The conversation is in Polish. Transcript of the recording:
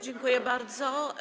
Dziękuję bardzo.